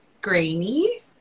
grainy